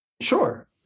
Sure